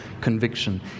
conviction